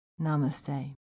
Namaste